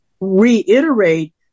reiterate